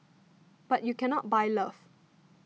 but you cannot buy love